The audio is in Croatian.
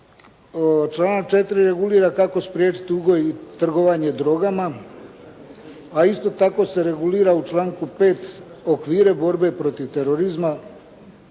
Članak 4. regulira kako spriječiti uzgoj i trgovanje drogama, a isto tako se regulira u članku 5. okvire borbe protiv terorizma